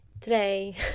today